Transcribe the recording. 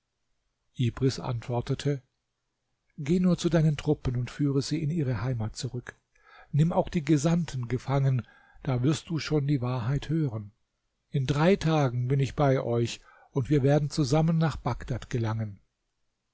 antwortete geh nur zu deinen truppen und führe sie in ihre heimat zurück nimm auch die gesandten gefangen da wirst du schon die wahrheit hören in drei tagen bin ich bei euch und wir werden zusammen nach bagdad gelangen